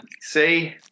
see